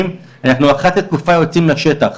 אחת לתקופה אנחנו יוצאים לשטח,